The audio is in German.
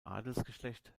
adelsgeschlecht